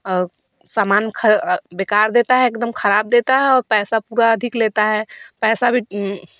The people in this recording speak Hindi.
और समान बेकार देता है एकदम खराब देता है और पैसा पूरा अधिक लेता है पैसा भी